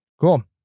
cool